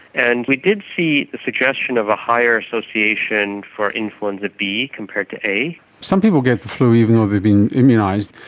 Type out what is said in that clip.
and we did see the suggestion of a higher association for influenza b compared to a. some people get the flu even though they've been immunised.